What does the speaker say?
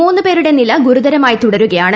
മൂന്നു പേരുടെ നില ഗുരുതരമായി തുടരുകയാണ്